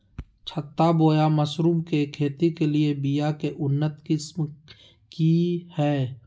छत्ता बोया मशरूम के खेती के लिए बिया के उन्नत किस्म की हैं?